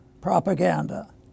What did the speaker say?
propaganda